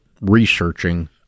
researching